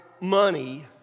money